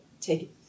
take